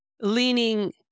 leaning